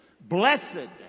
Blessed